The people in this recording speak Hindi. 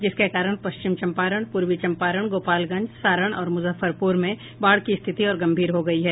जिससे कारण पश्चिम चम्पारण पूर्वी चम्पारण गोपालगंज सारण और मुजफ्फरपुर में बाढ़ की स्थिति और गम्भीर हो गयी है